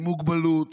עם מוגבלות